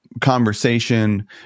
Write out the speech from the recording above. conversation